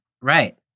Right